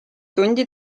tundi